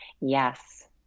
Yes